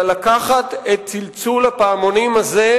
לא לשאול למי צלצלו הפעמונים,